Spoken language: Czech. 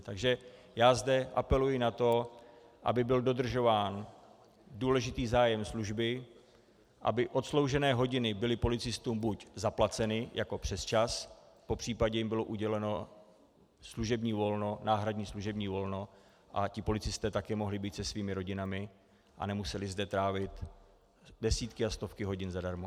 Takže já zde apeluji na to, aby byl dodržován důležitý zájem služby, aby odsloužené hodiny byly policistům buď zaplaceny jako přesčas, popřípadě jim bylo uděleno náhradní služební volno, a ti policisté také mohli být se svými rodinami a nemuseli zde trávit desítky a stovky hodin zadarmo.